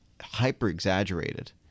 hyper-exaggerated